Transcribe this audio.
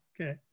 Okay